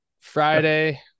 Friday